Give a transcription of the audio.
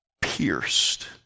pierced